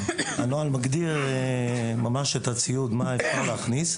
הנוהל מגדיר ממש את הציוד, מה אפשר להכניס.